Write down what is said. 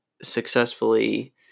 successfully